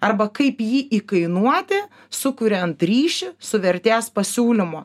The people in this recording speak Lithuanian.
arba kaip jį įkainuoti sukuriant ryšį su vertės pasiūlymu